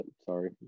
Sorry